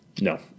No